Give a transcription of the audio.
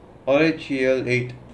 college year eight